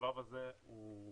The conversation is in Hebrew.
והשבב הזה, שוב,